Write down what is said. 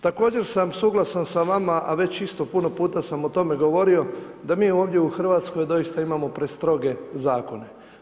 Također sam suglasan sa vama a već isto puno puta sam o tome govorio da mi ovdje u Hrvatskoj doista imamo prestroge zakone.